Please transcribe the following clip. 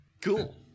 Cool